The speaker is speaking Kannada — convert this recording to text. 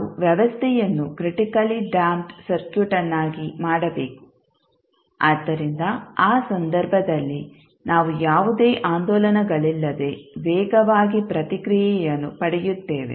ನಾವು ವ್ಯವಸ್ಥೆಯನ್ನು ಕ್ರಿಟಿಕಲಿ ಡ್ಯಾಂಪ್ಡ್ ಸರ್ಕ್ಯೂಟ್ವನ್ನಾಗಿ ಮಾಡಬೇಕು ಆದ್ದರಿಂದ ಆ ಸಂದರ್ಭದಲ್ಲಿ ನಾವು ಯಾವುದೇ ಆಂದೋಲನಗಳಿಲ್ಲದೆ ವೇಗವಾಗಿ ಪ್ರತಿಕ್ರಿಯೆಯನ್ನು ಪಡೆಯುತ್ತೇವೆ